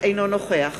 אינו נוכח